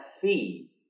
fee